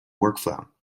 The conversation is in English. workflow